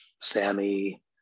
Sammy